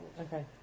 Okay